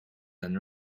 than